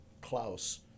Klaus